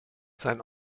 sein